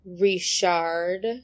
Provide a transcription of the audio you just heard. richard